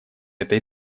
этой